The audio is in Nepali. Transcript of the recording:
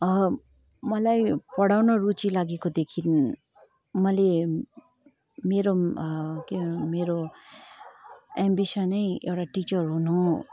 मलाई पढाउन रुचि लागोकोदेखिन् मैले मेरो के मेरो एम्बिसनै एउटा टिचर हुनु